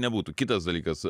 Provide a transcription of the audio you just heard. nebūtų kitas dalykas